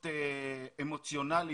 אשקלון.